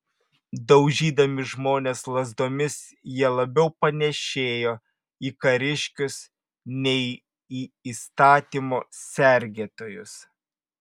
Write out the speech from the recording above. daužydami žmones lazdomis jie labiau panėšėjo į kariškius nei į įstatymo sergėtojus